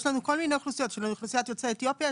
יש לנו כל מיני אוכלוסיות אוכלוסיית יוצאי אתיופיה,